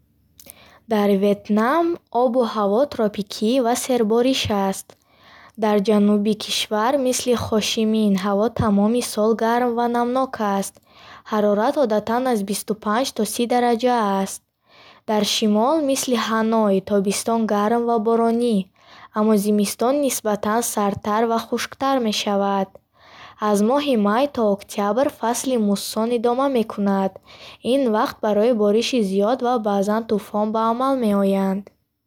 Дар Ветнам обу ҳаво тропикӣ ва сербориш аст. Дар ҷануби кишвар, мисли Хошимин, ҳаво тамоми сол гарм ва намнок аст, ҳарорат одатан аз бисту панҷ то сӣ дараҷа аст. Дар шимол, мисли Ҳаной, тобистон гарм ва боронӣ, аммо зимистон нисбатан сардтар ва хушктар мешавад. Аз моҳи май то октябр фасли муссон идома мекунад, ин вақт боришоти зиёд ва баъзан тӯфон ба амал меоянд.